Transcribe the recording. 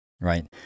right